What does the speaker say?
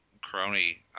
crony